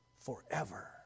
forever